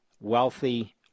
wealthy